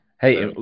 Hey